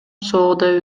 соода